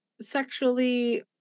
sexually